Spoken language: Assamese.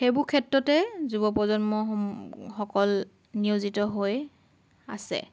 সেইবোৰ ক্ষেত্ৰতে যুৱ প্ৰজন্ম সকল নিয়োজিত হৈ আছে